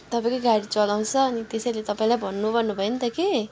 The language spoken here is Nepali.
तपाईँकै गाडी चलाउँछ अनि त्यसैले तपाईँलाई भन्नु भन्नुभयो नि त कि